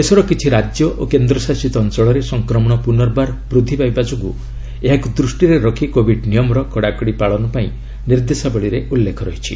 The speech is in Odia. ଦେଶର କିଛି ରାଜ୍ୟ ଓ କେନ୍ଦ୍ରଶାସିତ ଅଞ୍ଚଳରେ ସଂକ୍ରମଣ ପୁନର୍ବାର ବୃଦ୍ଧି ପାଇବା ଯୋଗୁଁ ଏହାକୁ ଦୃଷ୍ଟିରେ ରଖି କୋବିଡ୍ ନିୟମର କଡ଼ାକଡ଼ି ପାଳନ ପାଇଁ ନିର୍ଦ୍ଦେଶାବଳୀରେ ଉଲ୍ଲେକ ରହିଛି